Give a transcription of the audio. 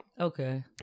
okay